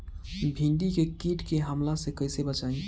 भींडी के कीट के हमला से कइसे बचाई?